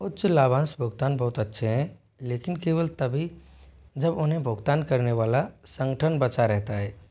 उच्च लाभांश भुगतान बहुत अच्छे हैं लेकिन केवल तभी जब उन्हें भुगतान करने वाला संगठन बचा रहता है